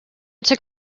took